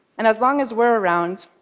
and as long as we're around,